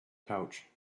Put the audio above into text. pouch